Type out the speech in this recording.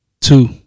Two